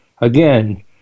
again